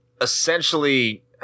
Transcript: essentially